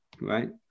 right